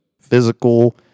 physical